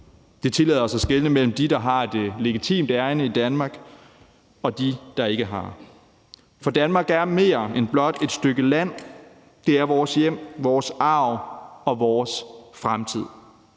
Det tillader os at skelne mellem dem, der har et legitimt ærinde i Danmark, og dem, der ikke har. Danmark er mere end blot et stykke land. Det er vores hjem, vores arv og vores fremtid.